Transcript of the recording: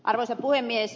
arvoisa puhemies